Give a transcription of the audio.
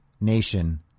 nation